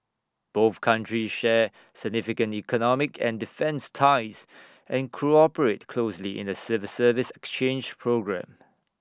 both countries share significant economic and defence ties and cooperate closely in A civil service exchange programme